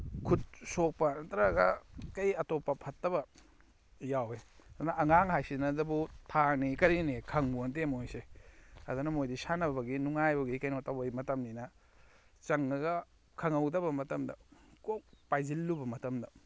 ꯈꯨꯠ ꯁꯣꯛꯄ ꯅꯠꯇ꯭ꯔꯒ ꯀꯔꯤ ꯑꯇꯣꯞꯄ ꯐꯠꯇꯕ ꯌꯥꯎꯏ ꯑꯗꯨꯅ ꯑꯉꯥꯡ ꯍꯥꯏꯁꯤꯅꯇꯕꯨ ꯊꯥꯡꯅꯤ ꯀꯔꯤꯅꯤ ꯈꯪꯄꯣꯠ ꯟꯇꯦ ꯃꯣꯏꯁꯦ ꯑꯗꯨꯅ ꯃꯣꯏꯗꯤ ꯁꯥꯟꯅꯕꯒꯤ ꯅꯨꯡꯉꯥꯏꯕꯒꯤ ꯀꯩꯅꯣ ꯇꯧꯕꯩ ꯃꯇꯝꯅꯤꯅ ꯆꯪꯉꯒ ꯈꯪꯍꯧꯗꯕ ꯃꯇꯝꯗ ꯀꯣꯛ ꯄꯥꯏꯁꯤꯜꯂꯨꯕ ꯃꯇꯝꯗ